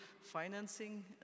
financing